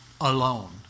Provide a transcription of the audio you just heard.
alone